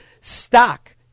stock